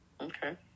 Okay